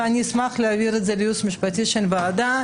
ואני אשמח להעביר את זה לייעוץ המשפטי של הוועדה,